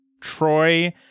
Troy